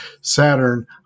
Saturn